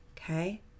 Okay